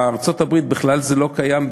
בארצות-הברית בכלל זה לא קיים,